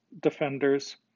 defenders